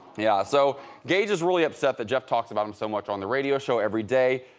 yeah, so gage is really upset that jeff talks about him so much on the radio show every day.